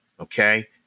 Okay